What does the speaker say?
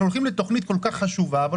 אנחנו הולכים לתוכנית כל כך חשובה אבל